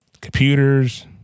Computers